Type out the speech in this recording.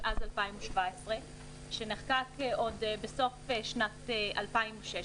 התשע"ז-2017 שנחקק עוד בסוף שנת 2016,